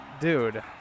Dude